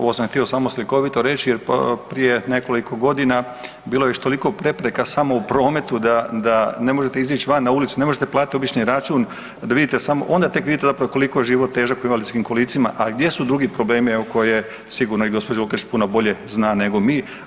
Ovo sam htio samo slikovito reći jer prije nekoliko godina bilo je već toliko prepreka samo u prometu da ne možete izaći van na ulicu, ne možete platiti obični račun onda tek vidite zapravo koliko je život težak u invalidskim kolicima, a gdje su drugi problemi evo koje sigurno i gospođa Lukačić puno bolje zna nego mi.